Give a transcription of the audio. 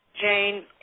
Jane